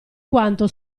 quanto